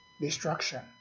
destruction